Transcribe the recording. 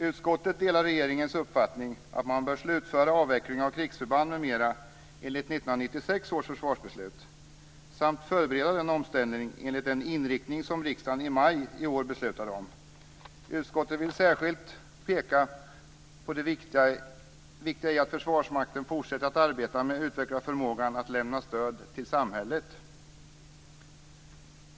Utskottet delar regeringens uppfattning att man bör slutföra avvecklingen av krigsförband m.m. enligt 1996 års försvarsbeslut samt förbereda en omställning enligt den inriktning som riksdagen beslutade om i maj i år. Utskottet vill särskilt peka på det viktiga i att Försvarsmakten fortsätter att arbeta med att utveckla förmågan att lämna stöd till samhället.